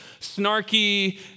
snarky